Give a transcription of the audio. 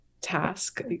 task